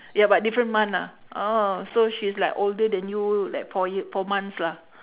ya but different month ah oh so she's like older than you like four ye~ four months lah